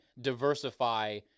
diversify